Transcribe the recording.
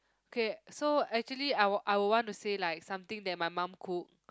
okay so actually I would I would want to say like something that my mum cook